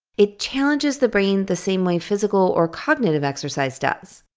it challenges the brain the same way physical or cognitive exercise does.